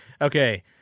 okay